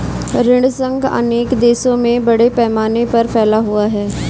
ऋण संघ अनेक देशों में बड़े पैमाने पर फैला हुआ है